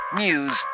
news